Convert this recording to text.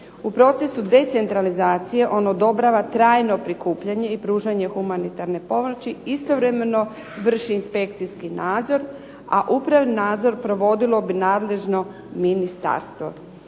U procesu decentralizacije ono odobrava trajno prikupljanje i pružanje humanitarne pomoći istovremeno vrši inspekcijski nadzor, a upravo nadzor provodilo bi nadležno ministarstvo.